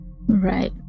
Right